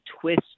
twist